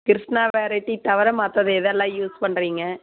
Krishna variety தவிர மற்றது எதெல்லாம் யூஸ் பண்ணுறீங்க